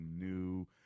new